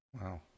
wow